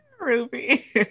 Ruby